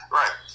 right